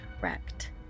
wrecked